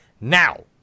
Now